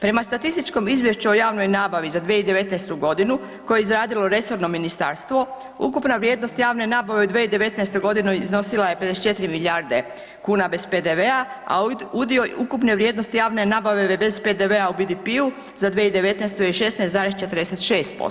Prema statističkom izvješću o javnoj nabavi za 2019. godinu koje je izradilo resorno ministarstvo ukupna vrijednost javne nabave u 2019. godini iznosila je 54 milijarde kuna bez PDV-a, a udio ukupne vrijednosti javne nabave bez PDV-a u BDP-u za 2019. je 16,46%